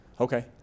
Okay